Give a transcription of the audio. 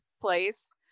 Place